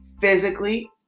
physically